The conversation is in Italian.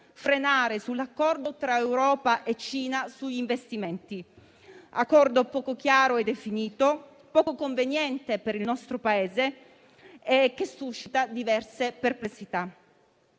frenare sull'accordo tra Europa e Cina sugli investimenti; un accordo poco chiaro e definito, poco conveniente per il nostro Paese e che suscita diverse perplessità.